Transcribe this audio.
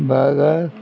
Baga